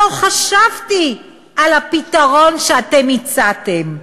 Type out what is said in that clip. לא חשבתי על הפתרון שאתם הצעתם.